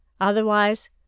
Otherwise